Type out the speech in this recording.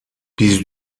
biz